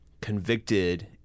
convicted